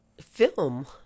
Film